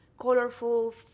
colorful